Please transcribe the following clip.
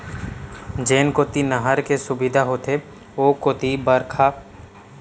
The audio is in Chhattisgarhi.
जेन कोती नहर के सुबिधा होथे ओ कोती बरसा कम होए ले घलो बहुते धान पान होथे